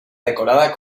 decorada